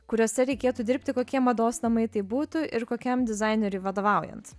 kuriuose reikėtų dirbti kokie mados namai tai būtų ir kokiam dizaineriui vadovaujant